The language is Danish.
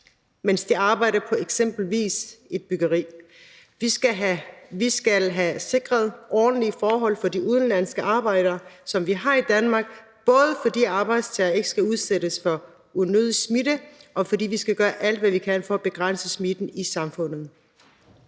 mens de arbejder på eksempelvis et byggeri. Vi skal have sikret ordentlige forhold for de udenlandske arbejdere, som vi har i Danmark, både fordi arbejdstagere ikke skal udsættes for unødig smitte, og fordi vi skal gøre alt, hvad vi kan, for at begrænse smitten i samfundet.